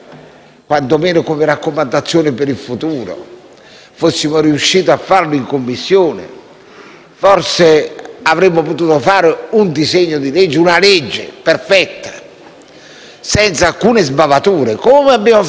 Mi auguro che, dopo aver approvato il nuovo Regolamento del Senato, vi sia una indicazione di comportamento alle Commissioni su come si deve lavorare